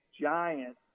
giant